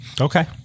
Okay